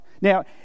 now